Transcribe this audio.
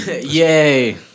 Yay